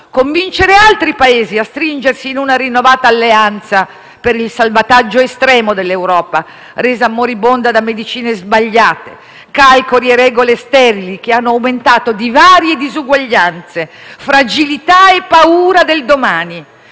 convincere altri Paesi a stringersi in una rinnovata alleanza per il salvataggio estremo dell'Europa, resa moribonda da medicine sbagliate, calcoli e regole sterili che hanno aumentato divari e disuguaglianze, fragilità e paura del domani.